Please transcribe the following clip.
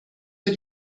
für